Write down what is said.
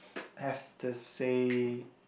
have to say